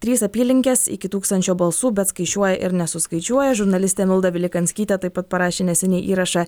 trys apylinkės iki tūkstančio balsų bet skaičiuoja ir nesuskaičiuoja žurnalistė milda vilikanskytė taip pat parašė neseniai įrašą